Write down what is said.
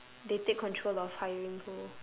they take control of hiring who